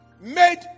made